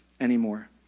anymore